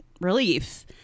relief